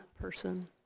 person